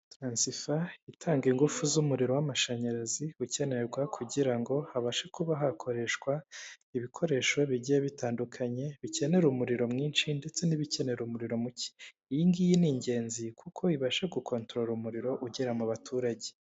Taransifa itanga ingufu z'umuriro w'amashanyarazi ukenerwa kugira ngo habashe kuba hakoreshwa ibikoresho bigiye bitandukanye bikenera umuriro mwinshi ndetse n'ibikenera umuriro muke. Iyingiyi ni ingenzi kuko ibasha gukontorora umuriro ugera mu baturage.